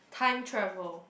time travel